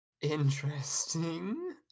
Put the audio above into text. interesting